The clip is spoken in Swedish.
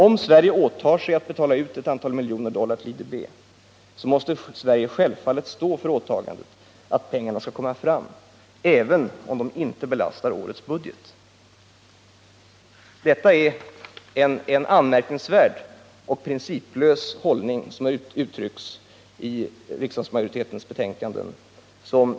Om Sverige åtar sig att betala ut ett antal miljoner dollar till IDB, måste Sverige självfallet stå för åtagandet även om pengarna inte belastar årets budget. Det är en anmärkningsvärd och principlös hållning som man ger uttryck för i betänkandet.